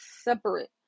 separate